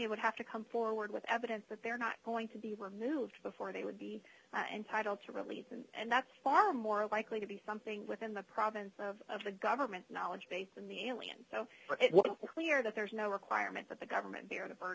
alien would have to come forward with evidence that they're not going to be removed before they would be entitled to release them and that's far more likely to be something within the province of the government knowledge base than the alien so it was clear that there's no requirement that the government bear the bur